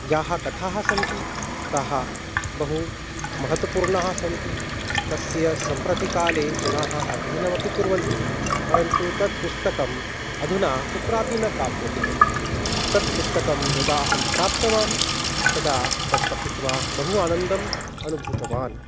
याः कथाः सन्ति ताः बहु महत्त्वपूर्णाः सन्ति तस्य सम्प्रति काले जनाः अध्ययनमपि कुर्वन्ति परन्तु तत् पुस्तकम् अधुना कुत्रापि न प्राप्यते तत् पुस्तकं यदा अहं प्राप्तवान् तदा तत् पठित्वा बहु आनन्दम् अनुभूतवान्